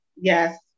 Yes